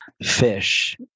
fish